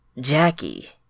Jackie